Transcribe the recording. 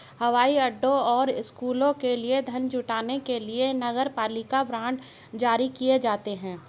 हवाई अड्डों और स्कूलों के लिए धन जुटाने के लिए नगरपालिका बांड जारी किए जाते हैं